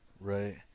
Right